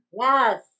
Yes